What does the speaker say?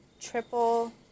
triple